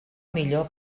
millor